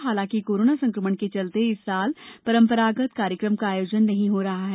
हालांकि कोरोना संकमण के चलते इस वर्ष परंपरागत कार्यक्रम का आयोजन नहीं हो रहा है